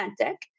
authentic